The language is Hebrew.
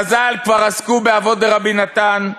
חז"ל כבר עסקו באבות דרבי נתן,